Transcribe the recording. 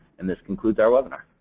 and this concludes our webinar.